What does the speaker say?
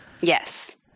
Yes